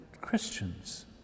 Christians